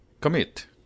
Commit